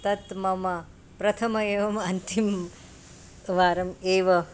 तत् मम प्रथमम् एवम् अन्तिमं वारम् एव